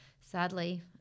Sadly